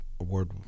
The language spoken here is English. award